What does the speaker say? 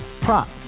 prop